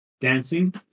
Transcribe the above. dancing